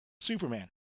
Superman